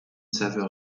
saveur